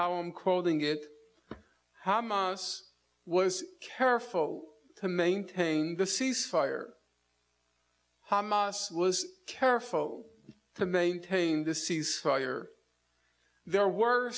now i'm quoting it hamas was careful to maintain the ceasefire hamas was careful to maintain the cease fire there were